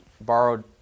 borrowed